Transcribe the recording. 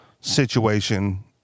situation